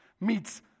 meets